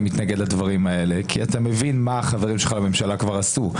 מתנגד לדברים האלה כי אתה מבין מה חבריך לממשלה כבר עשו.